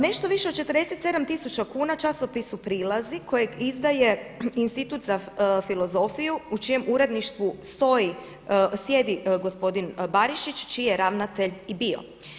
Nešto više od 47 tisuća kuna časopisu „Prilazi“ kojeg izdaje Institut za filozofiju u čijem uredništvu stoji, sjedi gospodin Barišić čiji je ravnatelj i bio.